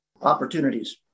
opportunities